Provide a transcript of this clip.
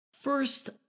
First